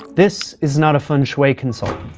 this is not a feng shui consultant.